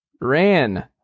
ran